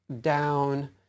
down